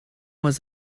was